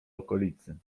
okolicy